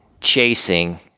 chasing